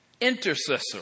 intercessor